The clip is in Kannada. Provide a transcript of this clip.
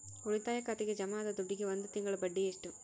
ಉಳಿತಾಯ ಖಾತೆಗೆ ಜಮಾ ಆದ ದುಡ್ಡಿಗೆ ಒಂದು ತಿಂಗಳ ಬಡ್ಡಿ ಎಷ್ಟು?